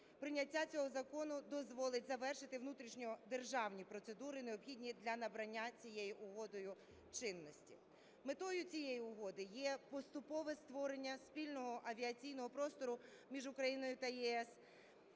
Прийняття цього закону дозволить завершити внутрішньодержавні процедури, необхідні для набрання цією угодою чинності. Метою цієї угоди є поступове створення спільного авіаційного простору між Україною та ЄС,